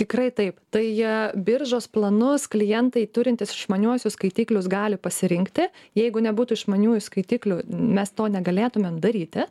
tikrai taip tai jie biržos planus klientai turintys išmaniuosius skaitiklius gali pasirinkti jeigu nebūtų išmaniųjų skaitiklių mes to negalėtumėm daryti